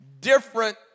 different